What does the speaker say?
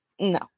no